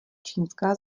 čínská